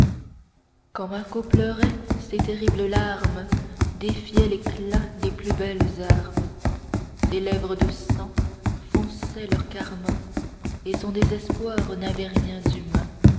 quand marco pleurait ses terribles larmes défiaient l'éclat des plus belles armes ses lèvres de sang fonçaient leur carmin et son désespoir n'avait rien d'humain